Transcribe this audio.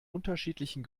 unterschiedlichen